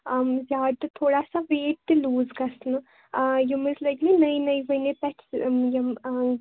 زِیادٕ تہِ تھوڑا سا ویٹ تہِ لوٗز گَژھنہِ یِم حظ لٔگۍ مےٚ نٔے نٔے وُنہِ پٮ۪ٹھ یِم